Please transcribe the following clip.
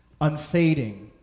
unfading